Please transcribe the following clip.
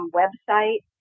website